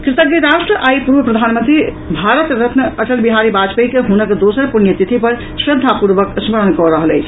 कृतज्ञ राष्ट्र आइ पूर्व प्रधानमंत्री भारत रत्न अटल बिहारी वाजपेयी के हुनक दोसर पुण्यतिथि पर श्रद्दापूर्वक स्मरण कऽ रहल अछि